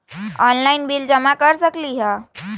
Online bill जमा कर सकती ह?